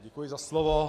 Děkuji za slovo.